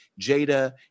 Jada